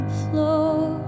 floor